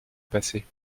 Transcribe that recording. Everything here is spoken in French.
passé